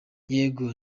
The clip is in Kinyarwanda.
yego